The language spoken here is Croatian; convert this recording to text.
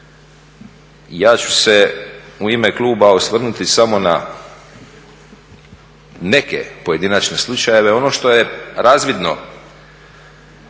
Ja ću se u ime kluba osvrnuti samo na neke pojedinačne slučajeve. Ono što je razvidno